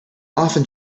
often